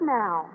now